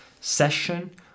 session